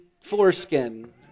foreskin